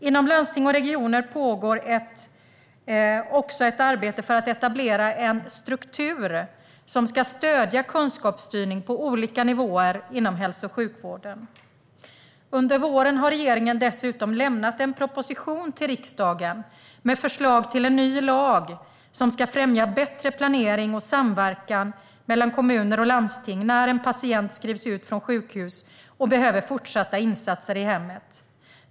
Inom landsting och regioner pågår också ett arbete för att etablera en struktur som ska stödja kunskapsstyrning på olika nivåer inom hälso och sjukvården. Under våren har regeringen dessutom lämnat en proposition till riksdagen med förslag till en ny lag som ska främja bättre planering och samverkan mellan kommun och landsting när en patient skrivs ut från sjukhus och behöver fortsatta insatser i hemmet.